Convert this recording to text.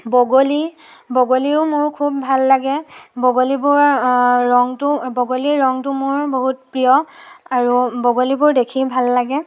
বগলী বগলীও মোৰ খুব ভাল লাগে বগলীবোৰৰ ৰংটো বগলীৰ ৰংটো মোৰ বহুত প্ৰিয় আৰু বগলীবোৰ দেখি ভাল লাগে